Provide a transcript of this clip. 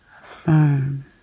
affirm